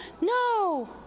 no